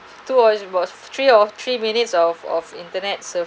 two three of three minutes of of internet surfing